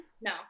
No